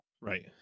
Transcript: Right